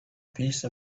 piece